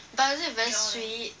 but is it very sweet